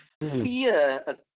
fear